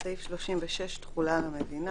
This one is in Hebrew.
סעיף 36, תחולה על המדינה.